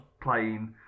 playing